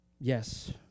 Yes